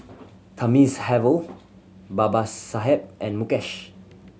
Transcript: Thamizhavel Babasaheb and Mukesh